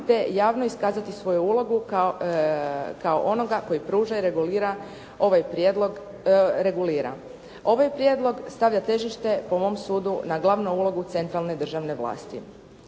javno iskazati svoju ulogu kao onoga koji pruža i regulira ovaj prijedlog regulira. Ovaj prijedlog stavlja težište po mom sudu na glavnu ulogu centralne državne vlasti.